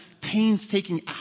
painstaking